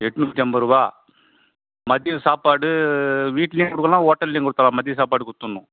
எட்நூத்தி ஐம்பதுரூவா மதியம் சாப்பாடு வீட்லேயும் கொடுக்கலாம் ஹோட்டல்லேயும் கொடுக்கலாம் மதிய சாப்பாடு கொடுத்துட்ணும்